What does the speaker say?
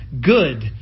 good